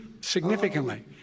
significantly